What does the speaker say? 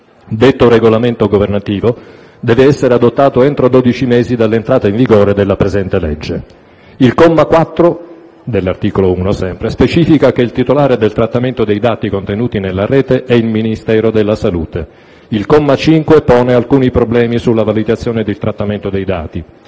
Detto regolamento governativo deve essere adottato entro dodici mesi dall'entrata in vigore della presente legge. Il comma 4 dell'articolo 1 specifica che il titolare del trattamento dei dati contenuti nella rete è il Ministero della salute. Il comma 5 pone alcuni problemi sulla valutazione del trattamento dei dati.